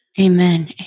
Amen